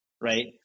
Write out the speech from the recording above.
right